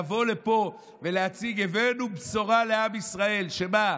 לבוא לפה ולהציג: הבאנו בשורה לעם ישראל שמה,